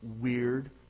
weird